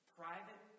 private